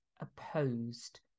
opposed